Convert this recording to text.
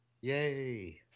Yay